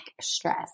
stress